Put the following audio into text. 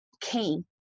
came